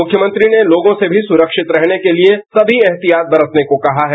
मुख्यमंत्री ने लोगों से भी सुरक्षित रहने के लिए सभी एहतियात बरतने को कहा है